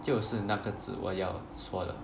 就是那个字我要说的